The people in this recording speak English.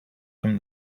from